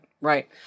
right